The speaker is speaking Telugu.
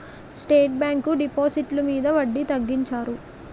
స్టేట్ బ్యాంకు డిపాజిట్లు మీద వడ్డీ తగ్గించారు